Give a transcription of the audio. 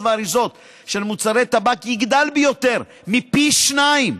ואריזות של מוצרי טבק יגדל ביותר מפי שניים,